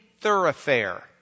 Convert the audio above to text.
thoroughfare